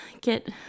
get